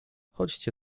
chodźcie